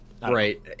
Right